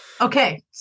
Okay